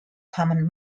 common